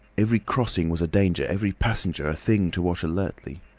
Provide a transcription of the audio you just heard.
every crossing was a danger, every passenger a thing to watch alertly.